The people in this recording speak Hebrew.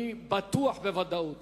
אני בטוח בוודאות